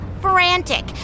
frantic